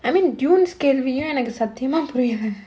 I mean dunes came எனக்கு சத்தியமா புரியல:enakku sathiyamaa puriyala